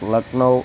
Lucknow